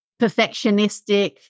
perfectionistic